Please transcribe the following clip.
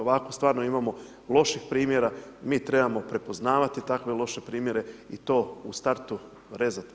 Ovako stvarno imamo loših promjera, mi trebamo prepoznavati takve loše primjere i to u startu rezati.